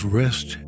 rest